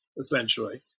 essentially